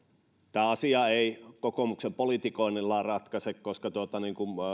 tämä asia ei kokoomuksen politikoinnilla ratkea koska niin kuin